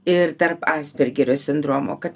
ir tarp aspergerio sindromo kad